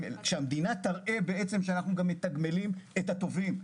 המדינה תראה שאנחנו גם מתגמלים את הטובים.